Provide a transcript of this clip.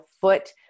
foot